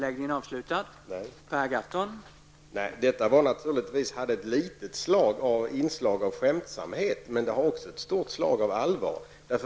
Herr talman! Detta inslag hade naturligtvis ett litet slag av skämtsamhet men också ett stort slag av allvar.